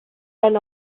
ran